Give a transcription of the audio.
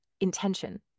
intention